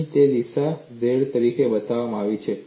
અહીં તેને દિશા z તરીકે બતાવવામાં આવી છે